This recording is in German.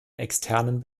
externen